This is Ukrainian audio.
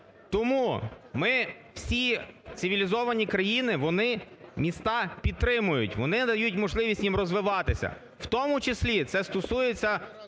Тому ми... всі цивілізовані країни, вони міста підтримують. Вони надають можливість їм розвиватися. В тому числі це стосується